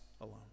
alone